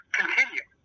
continue